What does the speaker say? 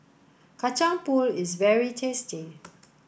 Kacang Pool is very tasty